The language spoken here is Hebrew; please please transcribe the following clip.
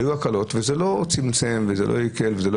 היו הקלות וזה לא צמצם וזה לא הקל וזה לא